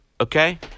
Okay